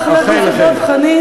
תודה רבה, חבר הכנסת דב חנין.